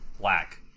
Black